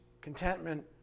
contentment